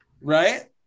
Right